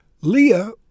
Leah